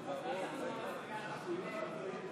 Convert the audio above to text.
60 בעד,